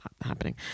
happening